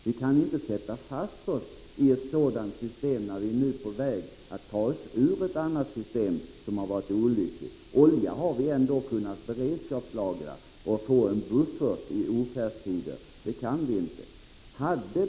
Vi kan inte sätta oss fast i ett sådant system när vi nu är på väg att ta oss ur ett annat system som varit olyckligt. Oljan har vi ändå kunnat beredskapslagra, för att få en buffert ofärdestider. Det kan vi inte med naturgas.